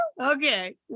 okay